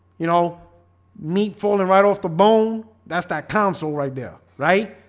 you know meat falling right off the bone. that's that counsel right there, right?